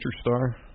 Star